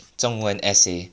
中文 essay